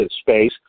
space